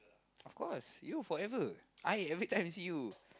of course you forever I everytime visit you